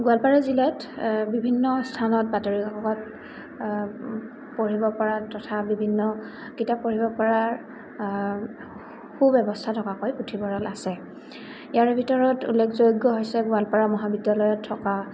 গোৱালপাৰা জিলাত বিভিন্ন স্থানত বাতৰি কাকতত পঢ়িব পৰা তথা বিভিন্ন কিতাপ পঢ়িব পৰাৰ সু ব্যৱস্থা থকাকৈ পুথিভঁৰাল আছে ইয়াৰ ভিতৰত উল্লেখযোগ্য হৈছে গোৱালপাৰা মহাবিদ্যালয়ত থকা